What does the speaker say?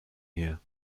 here